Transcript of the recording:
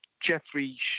Jeffrey